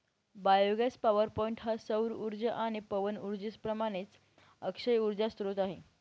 biogas power point हा सौर उर्जा आणि पवन उर्जेप्रमाणेच अक्षय उर्जा स्त्रोत आहे